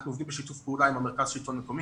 אנחנו עובדים בשיתוף פעולה עם מרכז השלטון המקומי,